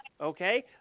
okay